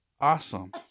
awesome